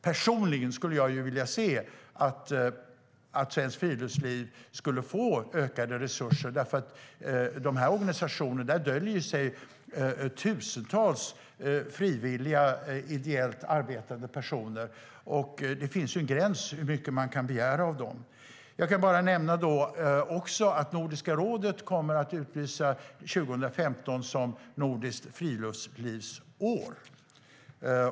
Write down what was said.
Personligen skulle jag vilja se att Svenskt Friluftsliv skulle få ökade resurser. Bakom den organisationen döljer det sig tusentals frivilliga, ideellt arbetande personer. Det finns en gräns för hur mycket man kan begära av dem. Nordiska rådet kommer att utlysa 2015 som nordiskt friluftslivsår.